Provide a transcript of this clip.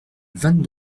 vingt